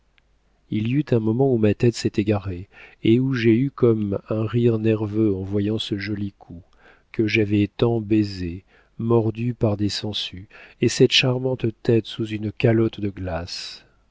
il y eut un moment où ma tête s'est égarée et où j'ai eu comme un rire nerveux en voyant ce joli cou que j'avais tant baisé mordu par des sangsues et cette charmante tête sous une calotte de glace